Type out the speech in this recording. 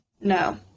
No